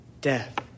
death